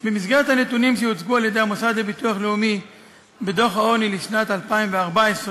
מהנתונים שהוצגו על-ידי המוסד לביטוח הלאומי בדוח העוני לשנת 2014,